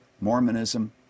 Mormonism